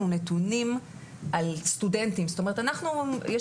נתונים על מאומתים,